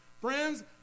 Friends